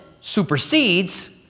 supersedes